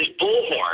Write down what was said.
bullhorn